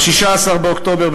ב-12 באוקטובר,